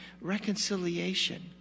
Reconciliation